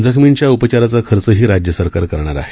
जखमींच्या उपचाराची खर्चही राज्य सरकार करणार आहे